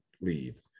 leave